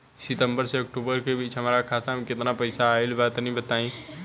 सितंबर से अक्टूबर के बीच हमार खाता मे केतना पईसा आइल बा तनि बताईं?